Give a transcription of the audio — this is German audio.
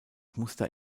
muster